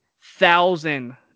thousand